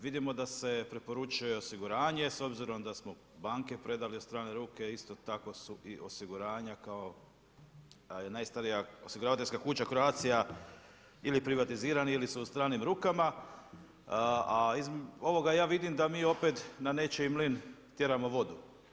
Vidimo da se preporučuje osiguranje s obzirom da smo banke predali u strane ruke a isto tako su i osiguranja kao najstarija osiguravateljska kuća Croatia ili privatizirani ili su u stranim rukama a od ovoga ja vidim da mi opet na nečiji mlin tjeramo vodu.